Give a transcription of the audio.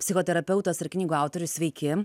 psichoterapeutas ir knygų autorius sveiki